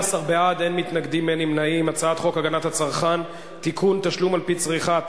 הצעת חוק הגנת הצרכן (תיקון, תשלום על-פי צריכה),